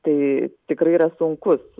tai tikrai yra sunkus